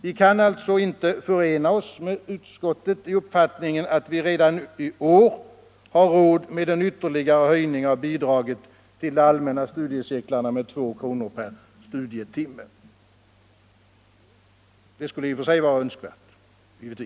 Vi kan alltså inte förena 20 maj 1975 oss med utskottet i uppfattningen att man redan i år har råd med en ytterligare höjning av bidraget till de allmänna studiecirklarna med 2 Vuxenutbildningen, kr. per studietimme — det skulle givetvis i och för sig vara önskvärt — Mm.m.